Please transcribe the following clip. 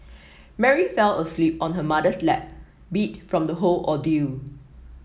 Mary fell asleep on her mother's lap beat from the whole ordeal